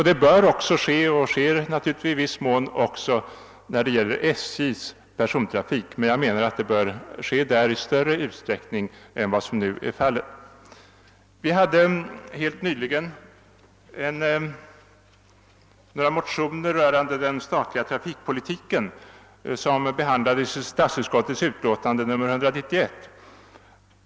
Det bör också ske — och sker naturligtvis också — i viss mån när det gäller SJ:s persontrafik, men det bör ske där i större utsträckning än som nu är fallet. Vi hade helt nyligen några motioner rörande den statliga trafikpolitiken, som behandlades i statsutskottets utlåtande nr 191.